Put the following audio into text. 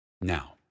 Now